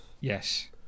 Yes